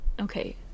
okay